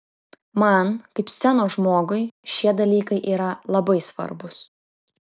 man kaip scenos žmogui šie dalykai yra labai svarbūs